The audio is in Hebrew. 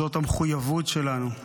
זאת המחויבות שלנו.